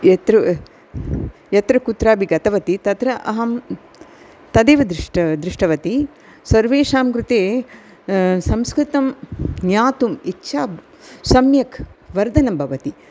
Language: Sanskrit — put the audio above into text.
यत्तु यत्र कुत्रापि गतवती तत्र अहं तदेव दृष्ट दृष्टवती सर्वेषां कृते संस्कृतं ज्ञातुम् इच्छा सम्यक् वर्धनं भवति